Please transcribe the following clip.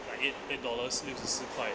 like eight dollars 六十四块